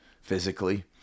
physically